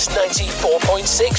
94.6